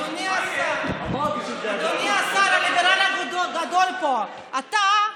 אדוני השר, הליברל הגדול פה, אתה,